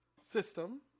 system